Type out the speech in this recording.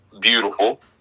beautiful